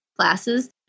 classes